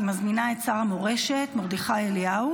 אני מזמינה את שר המורשת עמיחי אליהו